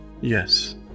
Yes